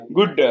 Good